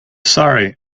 sorry